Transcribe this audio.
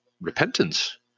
repentance